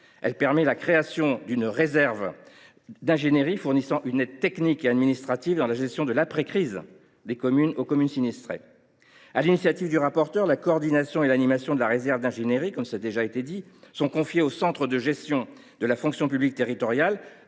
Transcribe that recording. Elle permet enfin la création d’une réserve d’ingénierie fournissant une aide technique et administrative dans la gestion de l’après crise aux communes sinistrées. Sur l’initiative du rapporteur, la coordination et l’animation de la réserve d’ingénierie, comme cela a déjà été dit, sont confiées au centre de gestion de la fonction publique territoriale